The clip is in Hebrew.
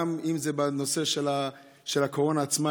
גם אם זה בנושא של הקורונה עצמה,